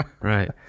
Right